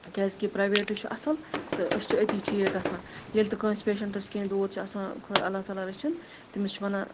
کیازِکہِ پرٛیویٹٕے چھُ اَصٕل تہٕ أسۍ چھِ أتی ٹھیٖک گژھان ییٚلہِ تہِ کٲنٛسہِ پیشَنٹَس کینٛہہ دود چھِ آسان خۄ اللہ تعالٰی رٔچھِن تٔمِس چھِ وَنان